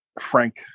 frank